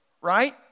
right